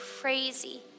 crazy